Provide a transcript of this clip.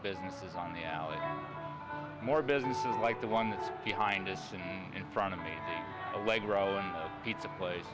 businesses on the alley more businesses like the one behind us and in front of me allegro and pizza place